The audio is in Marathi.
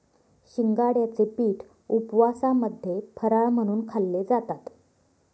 शिंगाड्याचे पीठ उपवासामध्ये फराळ म्हणून खाल्ले जातात